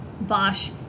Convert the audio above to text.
Bosch